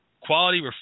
Quality